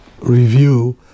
review